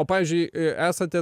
o pavyzdžiui esate